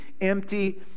empty